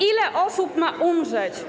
Ile osób ma umrzeć?